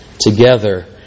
Together